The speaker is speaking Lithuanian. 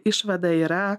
išvada yra